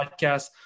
podcast